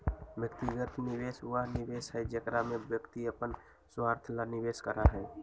व्यक्तिगत निवेश वह निवेश हई जेकरा में व्यक्ति अपन स्वार्थ ला निवेश करा हई